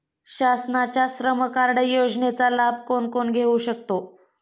शासनाच्या श्रम कार्ड योजनेचा लाभ कोण कोण घेऊ शकतो?